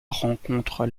rencontrent